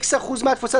X אחוז מהתפוסה,